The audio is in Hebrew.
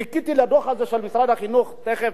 חיכיתי לדוח הזה של משרד החינוך, תיכף,